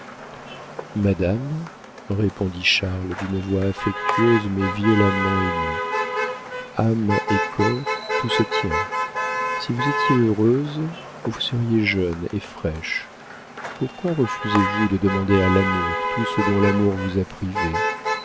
madame répondit charles d'une voix affectueuse mais violemment émue âme et corps tout se tient si vous étiez heureuse vous seriez jeune et fraîche pourquoi refusez-vous de demander à l'amour tout ce dont l'amour vous a privée